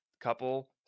couple